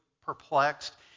perplexed